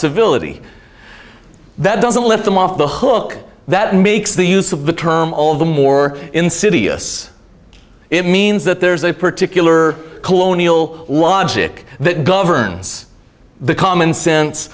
civility that doesn't let them off the hook that makes the use of the term all the more insidious it means that there's a particular colonial logic that governs the commonsense